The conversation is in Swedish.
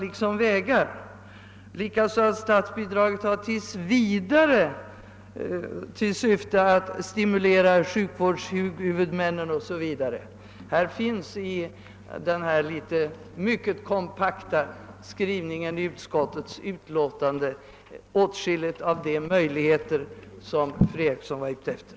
Detsamma gäller formuleringen: »Statsbidraget har till syfte att tills vidare stimulera sjukvårdshuvudmännen ———« I denna mycket kompakta skrivning i utskottets utlåtande finns åtskilliga av de möjligheter som fru Eriksson i Stockholm var ute efter.